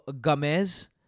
Gomez